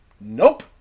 Nope